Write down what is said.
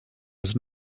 was